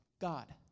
God